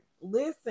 Listen